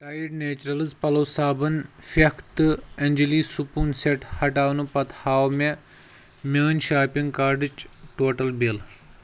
Tide Naturals پلو صابن پھٮ۪کھ تہٕ انجیٚلی سپوٗن سٮ۪ٹ ہٹاونہٕ پتہٕ ہاو مےٚ میٲنۍ شاپنگ کارٹٕچ ٹوٹل بِل